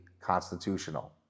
constitutional